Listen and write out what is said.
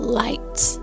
lights